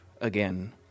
again